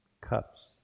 cups